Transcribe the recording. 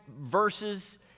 verses